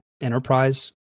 enterprise